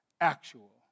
actual